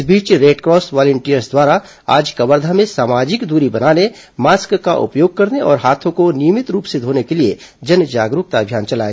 इस बीच Red Cross volunteers द्वारा आज कवर्घा में सामाजिक द्री बनाने मास्क का उपयोग करने और हाथों को नियमित रूप से धोने के लिए जन जागरूकता अभियान चलाया